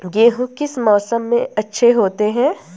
गेहूँ किस मौसम में अच्छे होते हैं?